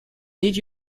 need